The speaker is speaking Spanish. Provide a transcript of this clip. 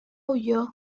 huyó